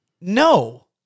No